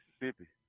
Mississippi